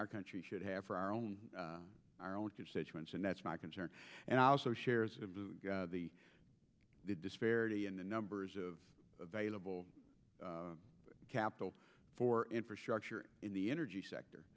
our country should have for our own our own constituents and that's my concern and i also share the disparity in the numbers of available capital for infrastructure in the energy sector